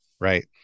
Right